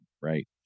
Right